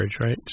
Right